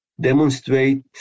demonstrate